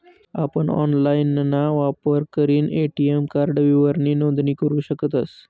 आपण ऑनलाइनना वापर करीसन ए.टी.एम कार्ड विवरणनी नोंदणी करू शकतस